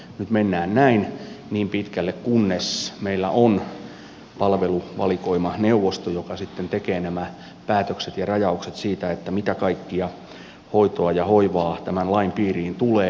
nyt mennään näin niin pitkälle kunnes meillä on palveluvalikoimaneuvosto joka sitten tekee nämä päätökset ja rajaukset siitä mitä kaikkea hoitoa ja hoivaa tämän lain piiriin tulee